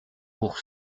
pour